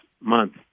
month